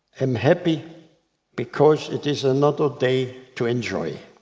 i'm happy because it is another day to enjoy.